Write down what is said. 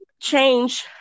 change